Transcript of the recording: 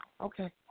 Okay